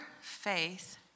faith